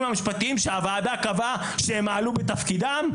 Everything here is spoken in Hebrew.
המשפטיים שהוועדה קבעה שהם מעלו בתפקידם?